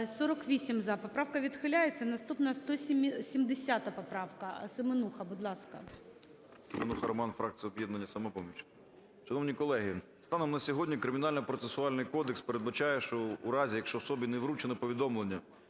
За-48 Поправка відхиляється. Наступна 170 правка. Семенуха, будь ласка. 13:51:50 СЕМЕНУХА Р.С. СеменухаРоман, фракція "Об'єднання "Самопоміч". Шановні колеги, станом на сьогодні Кримінально-процесуальний кодекс передбачає, що у разі, якщо особі не вручено повідомлення